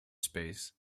space